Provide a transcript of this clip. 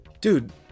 dude